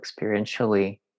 experientially